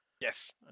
Yes